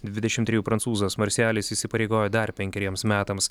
dvidešim trijų prancūzas marsijalis įsipareigojo dar penkeriems metams